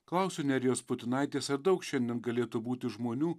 klausiu nerijos putinaitės ar daug šiandien galėtų būti žmonių